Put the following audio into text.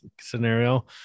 scenario